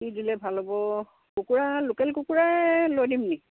কি দিলে ভাল হ'ব কুকুৰা লোকেল কুকুৰা লৈয়ে দিম নি